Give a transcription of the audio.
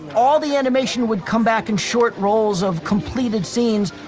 all the animation would come back in short rolls of completed scenes,